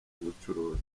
ubucuruzi